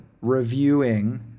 reviewing